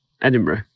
Edinburgh